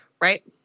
right